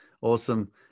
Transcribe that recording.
awesome